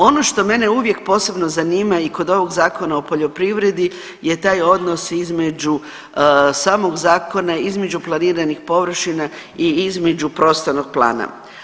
Ono što mene uvijek posebno zanima i kod ovog Zakona o poljoprivredi je taj odnos između samog zakona, između planiranih površina i između prostornog plana.